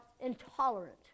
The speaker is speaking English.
intolerant